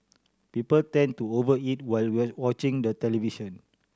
people tend to over eat while watching the television